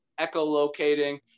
echolocating